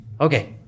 Okay